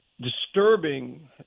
disturbing